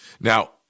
Now